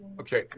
Okay